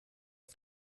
auf